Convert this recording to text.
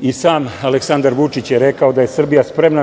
i sam Aleksandar Vučić je rekao da je Srbija spremna